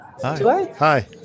Hi